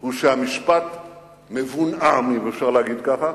היא שהמשפט מבונאם, אם אפשר להגיד כך,